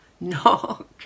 knock